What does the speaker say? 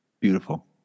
Beautiful